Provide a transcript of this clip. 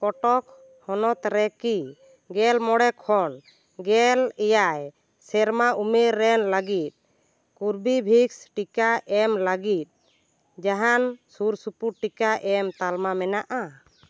ᱠᱚᱴᱚᱠ ᱦᱚᱱᱚᱛ ᱨᱮᱠᱤ ᱜᱮᱞ ᱢᱚᱬᱮ ᱠᱷᱚᱱ ᱜᱮᱞ ᱮᱭᱟᱭ ᱥᱮᱨᱢᱟ ᱩᱱᱮᱨ ᱨᱮᱱ ᱞᱟᱹᱜᱤᱫ ᱠᱳᱨᱵᱤᱵᱷᱤᱠᱥ ᱴᱤᱠᱟ ᱮᱢ ᱞᱟᱹᱜᱤᱫ ᱡᱟᱦᱟᱸᱱ ᱥᱩᱨᱼᱥᱩᱯᱩᱨ ᱴᱤᱠᱟ ᱮᱢ ᱛᱟᱞᱢᱟ ᱢᱮᱱᱟᱜᱼᱟ